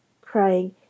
crying